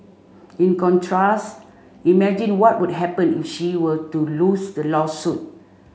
in contrast imagine what would happen if she were to lose the lawsuit